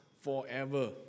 forever